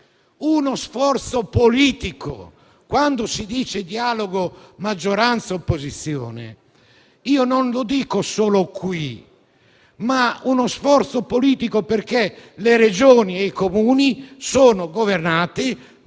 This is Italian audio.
uno sforzo politico - quando si dice dialogo tra maggioranza opposizione - e non lo dico solo qui: uno sforzo politico perché le Regioni e i Comuni sono governati